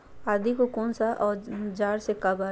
आदि को कौन सा औजार से काबरे?